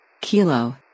Kilo